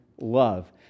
love